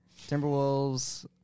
Timberwolves